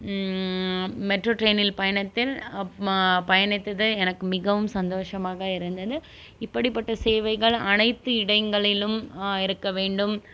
metro டிரெயினில் பயணத்தில் ம பயணித்ததில் எனக்கு மிகவும் சந்தோஷமாக இருந்தது இப்படிப்பட்ட சேவைகள் அனைத்து இடங்களிலும் இருக்க வேண்டும்